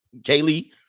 Kaylee